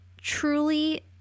truly